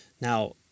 Now